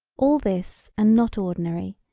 all this and not ordinary,